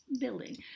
building